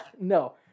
No